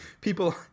people